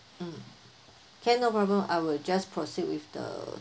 mm can no problem I will just proceed with the